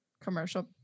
commercial